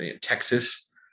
Texas